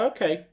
Okay